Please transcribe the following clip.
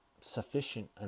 sufficient